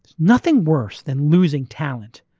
nothing worse than losing talent.